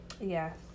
Yes